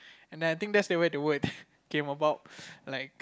and then I think that's the way the word came about like